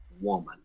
woman